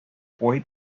poet